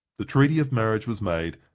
the treaty of marriage was made,